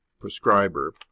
prescriber